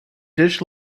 dish